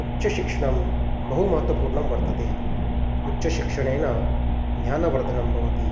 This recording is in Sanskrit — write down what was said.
उच्चशिक्षणं बहु महत्त्वपूर्नं वर्तते उच्चशिक्षणेन ज्ञानवर्धनं भवति